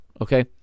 Okay